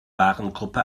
warengruppe